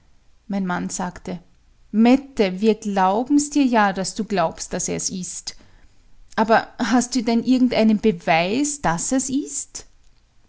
mein mann sagte mette wir glauben's dir ja daß du glaubst daß er's ist aber hast du denn irgendeinen beweis daß er's ist